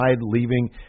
leaving